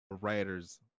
writers